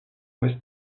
ouest